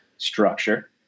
Structure